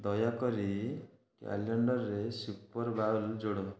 ଦୟାକରି କ୍ୟାଲେଣ୍ଡରରେ Super Bowl ଯୋଡ଼